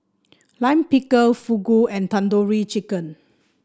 Lime Pickle Fugu and Tandoori Chicken